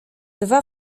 dwa